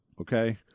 Okay